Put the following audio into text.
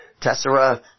tessera